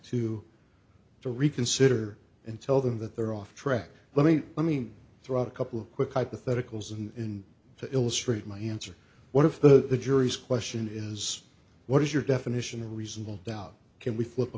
to to reconsider and tell them that they're off track let me let me throw out a couple of quick hypotheticals in to illustrate my answer what if the jury's question is what is your definition of reasonable doubt can we flip a